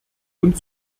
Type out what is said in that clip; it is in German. und